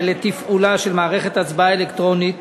ותפעולה של מערכת הצבעה אלקטרונית